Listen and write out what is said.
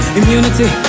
immunity